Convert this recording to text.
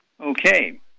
okay